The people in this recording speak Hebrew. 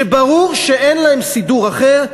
שברור שאין להם סידור אחר,